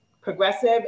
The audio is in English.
progressive